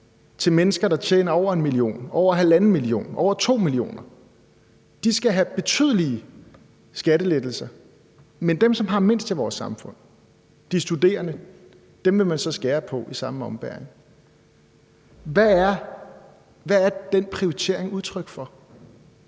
til mennesker, der tjener over 1 mio. kr., over 1,5 mio. kr., over 2 mio. kr.. De skal have betydelige skattelettelser, men i forhold til dem, som har mindst i vores samfund, de studerende, vil man så i samme ombæring skære ned. Hvad er den prioritering udtryk for?